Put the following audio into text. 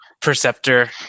Perceptor